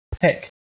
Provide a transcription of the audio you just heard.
pick